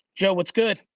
joe what's good?